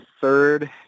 third